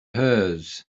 hers